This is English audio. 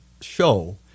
show